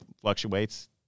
fluctuates